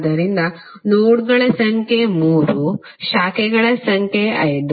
ಆದ್ದರಿಂದ ನೋಡ್ಗಳ ಸಂಖ್ಯೆ 3 ಶಾಖೆಗಳ ಸಂಖ್ಯೆ 5